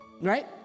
right